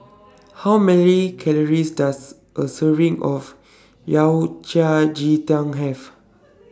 How Many Calories Does A Serving of Yao Cai Ji Tang Have